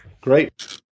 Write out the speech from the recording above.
Great